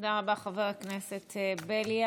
תודה רבה, חבר הכנסת בליאק.